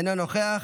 אינו נוכח,